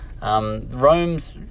Rome's